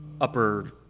upper